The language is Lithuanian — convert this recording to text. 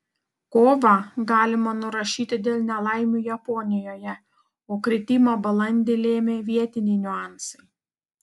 kovą galima nurašyti dėl nelaimių japonijoje o kritimą balandį lėmė vietiniai niuansai